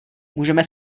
můžeme